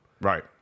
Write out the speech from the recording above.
right